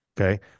Okay